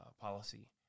policy